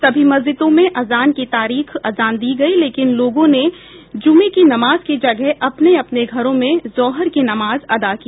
सभी मस्जिदों में अज़ान दी गयी लेकिन लोगों ने जुमे की नमाज की जगह अपने अपने घरों में जोहर की नमाज अदा की